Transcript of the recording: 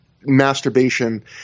masturbation